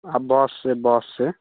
आओर बससँ